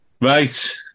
Right